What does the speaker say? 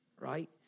right